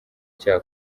cyaha